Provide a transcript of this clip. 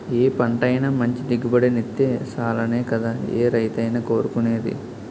ఏ పంటైనా మంచి దిగుబడినిత్తే సాలనే కదా ఏ రైతైనా కోరుకునేది?